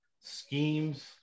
schemes